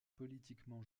politiquement